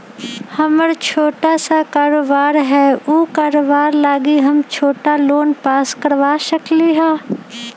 हमर छोटा सा कारोबार है उ कारोबार लागी हम छोटा लोन पास करवा सकली ह?